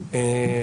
כרגע,